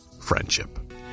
friendship